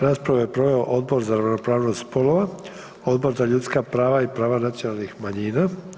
Raspravu je proveo Odbor za ravnopravnost spolova, Odbor za ljudska prava i prava nacionalnih manjina.